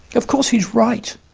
of course, he's right!